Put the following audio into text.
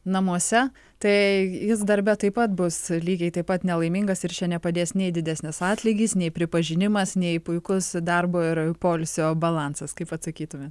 namuose tai jis darbe taip pat bus lygiai taip pat nelaimingas ir čia nepadės nei didesnis atlygis nei pripažinimas nei puikus darbo ir poilsio balansas kaip atsakytumėt